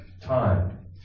time